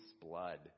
blood